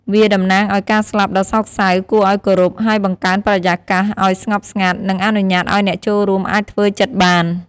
វាតំណាងឲ្យការស្លាប់ដ៏សោកសៅ គួរឲ្យគោរព ហើយបង្កើនបរិយាកាសឲ្យស្ងប់ស្ងាត់ និងអនុញ្ញាតឲ្យអ្នកចូលរួមអាចធ្វើចិត្តបាន។